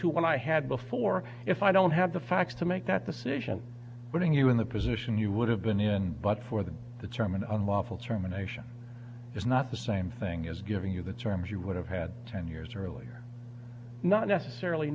to what i had before if i don't have the facts to make that decision putting you in the position you would have been in but for the the chairman and lawful terminations is not the same thing as giving you the terms you would have had ten years earlier not necessarily